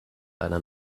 einer